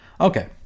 Okay